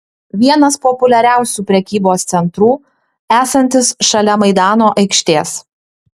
vienas populiariausių prekybos centrų esantis šalia maidano aikštės